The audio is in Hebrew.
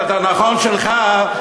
כי ה"נכון" שלך,